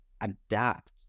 adapt